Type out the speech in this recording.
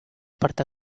parte